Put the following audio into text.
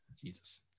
Jesus